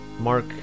mark